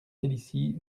félicie